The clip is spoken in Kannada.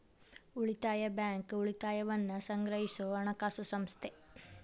ಉಳಿತಾಯ ಬ್ಯಾಂಕ್, ಉಳಿತಾಯವನ್ನ ಸಂಗ್ರಹಿಸೊ ಹಣಕಾಸು ಸಂಸ್ಥೆ